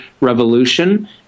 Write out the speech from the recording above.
revolution